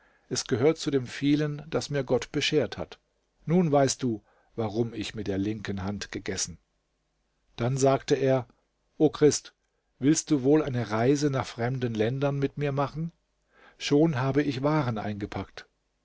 es gehört zu dem vielen das mir gott beschert hat nun weißt du warum ich mit der linken hand gegessen dann sagte er o christ willst du wohl eine reise nach fremden ländern mit mir machen schon habe ich waren eingepackt